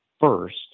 First